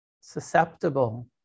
susceptible